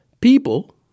people